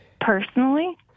personally